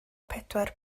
pedwar